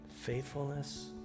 faithfulness